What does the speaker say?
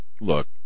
look